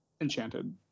Enchanted